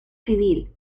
civil